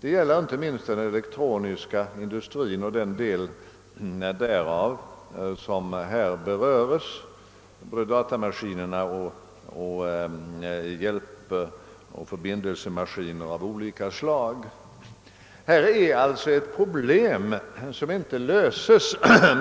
Detta gäller inte minst den elektroniska industrin, inte minst den del därav som här berörs — datamaskiner och förbin delsemaskiner av olika slag. Detta problem löses inte